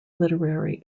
literary